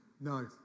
No